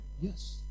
Yes